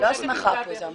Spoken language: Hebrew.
זו לא הסמכה פה, זו המלצה.